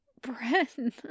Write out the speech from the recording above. Bren